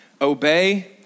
Obey